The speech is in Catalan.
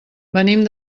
venim